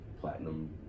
platinum